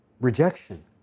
rejection